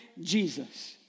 Jesus